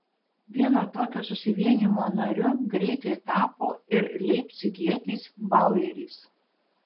vieno tokio susivienijimo nariu greitai tapo ir leipcigietis baueris